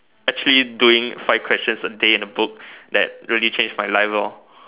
actually doing five questions a day in a book that really change my life all